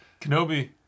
Kenobi